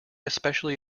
especially